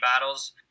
battles